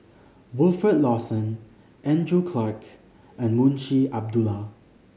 Wilfed Lawson Andrew Clarke and Munshi Abdullah